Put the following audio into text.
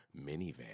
Minivan